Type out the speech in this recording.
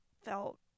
felt